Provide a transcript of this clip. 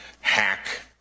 hack